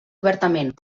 obertament